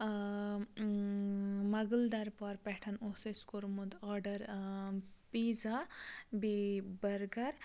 مغل دَربار پۄٹھَن اوس اَسہِ کوٚرمُت آرڈَر پیٖزا بیٚیہِ بٔرگَر